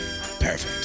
perfect